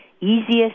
easiest